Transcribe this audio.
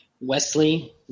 Wesley